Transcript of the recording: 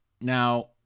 Now